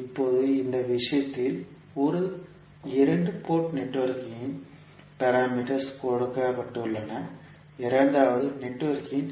இப்போது இந்த விஷயத்தில் ஒரு இரண்டு போர்ட் நெட்வொர்க்கின் Z பாராமீட்டர்ஸ் கொடுக்கப்பட்டுள்ளன இரண்டாவது நெட்வொர்க்கின்